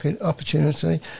opportunity